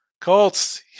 Colts